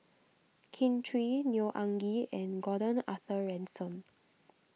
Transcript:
Kin Chui Neo Anngee and Gordon Arthur Ransome